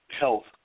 health